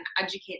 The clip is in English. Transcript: educate